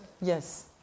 Yes